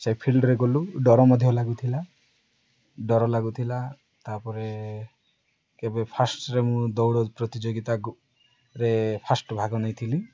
ସେ ଫିଲ୍ଡରେ ଗଲୁ ଡର ମଧ୍ୟ ଲାଗୁଥିଲା ଡର ଲାଗୁଥିଲା ତାପରେ କେବେ ଫାଷ୍ଟରେ ମୁଁ ଦୌଡ଼ ପ୍ରତିଯୋଗିତାରେ ଫାଷ୍ଟ ଭାଗ ନେଇଥିଲି